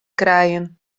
krijen